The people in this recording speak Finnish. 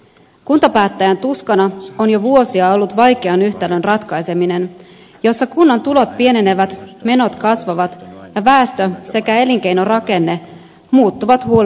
kuntapäättäjän tuskana on jo vuosia ollut vaikean yhtälön ratkaiseminen jossa kunnan tulot pienenevät menot kasvavat ja väestö sekä elinkeinorakenne muuttuvat hallitsemattomasti